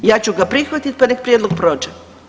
Ja ću ga prihvatiti, pa neka prijedlog prođe.